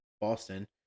Boston